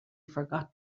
forgotten